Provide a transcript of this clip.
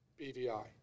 BVI